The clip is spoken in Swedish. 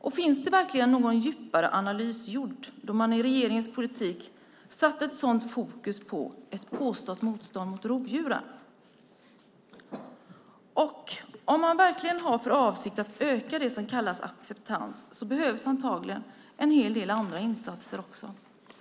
Är verkligen någon djupare analys gjord då man i regeringens politik satt ett sådant fokus på ett påstått motstånd mot rovdjuren? Om man verkligen har för avsikt att öka det som kallas acceptans behövs antagligen också en hel del andra insatser.